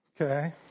Okay